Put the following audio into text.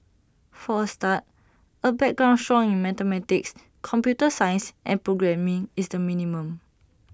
for A start A background strong in mathematics computer science and programming is the minimum